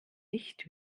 nicht